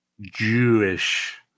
Jewish